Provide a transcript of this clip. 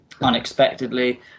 unexpectedly